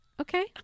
Okay